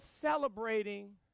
celebrating